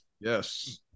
Yes